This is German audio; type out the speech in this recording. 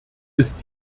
ist